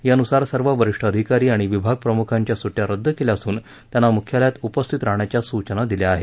यानुसार सर्व वरिष्ठ अधिकारी आणि विभाग प्रमुखांच्या सुष्टया रद्द केल्या असून त्यांना मुख्यालयात उपस्थित राहण्याच्या सूचना दिल्या आहेत